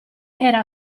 era